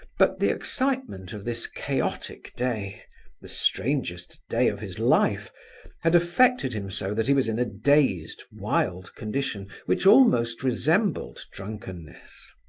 but the excitement of this chaotic day the strangest day of his life had affected him so that he was in a dazed, wild condition, which almost resembled drunkenness.